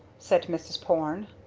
said mrs. porne.